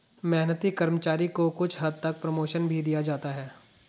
मेहनती कर्मचारी को कुछ हद तक प्रमोशन भी दिया जाता है